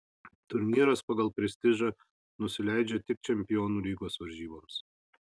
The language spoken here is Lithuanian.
turnyras pagal prestižą nusileidžia tik čempionų lygos varžyboms